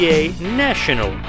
National